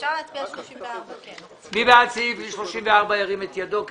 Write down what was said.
אפשר להצביע על סעיף 34. מי בעד אישור סעיף 34 עם התוספות?